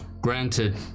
Granted